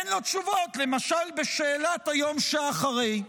למשל בשאלת היום שאחרי,